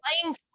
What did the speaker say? playing